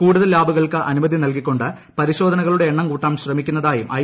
കൂടുതൽ ലാബുകൾക്ക് അനുമതി നൽകിക്കൊണ്ട് പരിശോധനകളുടെ എണ്ണം കൂട്ടാൻ ശ്രമിക്കു ന്നതായും ഐ